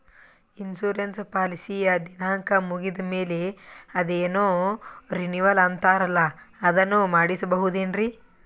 Insurance ಪಾಲಿಸಿಯ ದಿನಾಂಕ ಮುಗಿದ ಮೇಲೆ ಅದೇನೋ ರಿನೀವಲ್ ಅಂತಾರಲ್ಲ ಅದನ್ನು ಮಾಡಿಸಬಹುದೇನ್ರಿ?